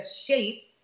shape